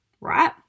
right